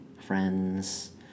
friends